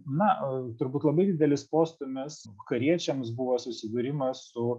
na turbūt labai didelis postūmis vakariečiams buvo susidūrimas su